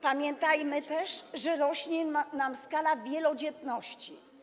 Pamiętajmy też, że rośnie nam skala wielodzietności.